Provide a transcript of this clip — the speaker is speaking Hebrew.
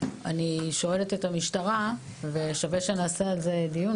אני שואלת את המשטרה ושווה שנעשה על זה דיון,